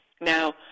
Now